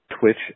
Twitch